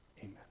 Amen